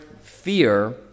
fear